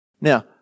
Now